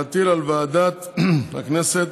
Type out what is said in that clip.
להטיל על ועדת הכנסת